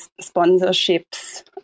sponsorships